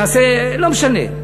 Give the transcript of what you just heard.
לא משנה.